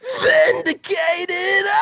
vindicated